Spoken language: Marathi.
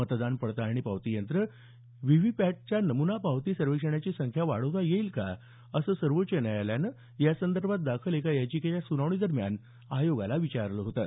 मतदान पडताळणी पावती यंत्र व्ही व्ही पॅटच्या नमूना पावती सर्वेक्षणाची संख्या वाढवता येईल का असं सर्वोच्च न्यायालयानं यासंदर्भात दाखल एका याचिकेच्या सुनावणीदरम्यान आयोगाला विचारलं होतं